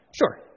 Sure